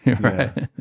right